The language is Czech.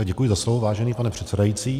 Děkuji za slovo, vážený pane předsedající.